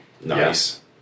Nice